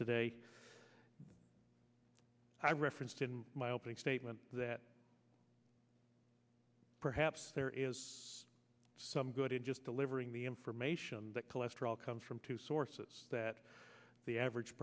today i referenced in my opening statement that perhaps there is some good in just delivering the information that cholesterol comes from two sources that the average